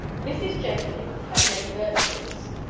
mrs. jenkins had many virtues.